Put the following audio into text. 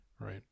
Right